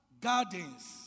gardens